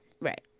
right